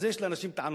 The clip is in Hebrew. על זה יש לאנשים טענות.